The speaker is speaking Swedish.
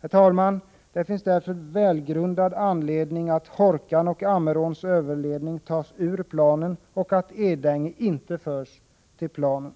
Herr talman! Det finns därför välgrundade motiv för att Hårkan och Ammeråns överledning tas ur planen och att Edänge inte förs till planen.